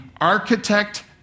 architect